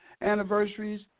anniversaries